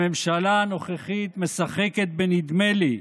הממשלה הנוכחית משחקת ב"נדמה לי",